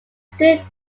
stood